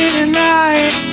tonight